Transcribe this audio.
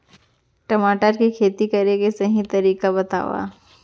टमाटर की खेती करे के सही तरीका बतावा?